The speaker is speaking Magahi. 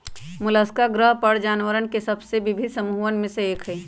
मोलस्का ग्रह पर जानवरवन के सबसे विविध समूहन में से एक हई